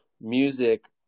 music